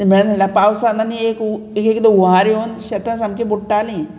मेळनाशिल्लें पावसान आनी एकएकदां हुंवार येवन शेतां सामकीं बुडटालीं